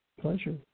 pleasure